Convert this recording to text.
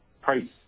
price